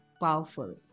powerful